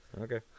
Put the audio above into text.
Okay